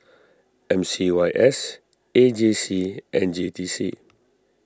M C Y S A J C and J T C